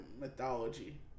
mythology